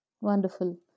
Wonderful